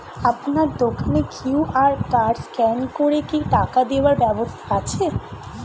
আপনার দোকানে QR code scan করে কি টাকা দেওয়ার ব্যবস্থা আছে?